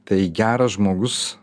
tai geras žmogus